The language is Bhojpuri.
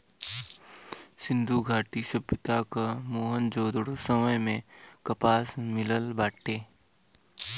सिंधु घाटी सभ्यता क मोहन जोदड़ो समय से कपास मिलल बाटे